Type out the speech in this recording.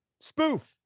spoof